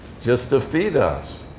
just to feed us.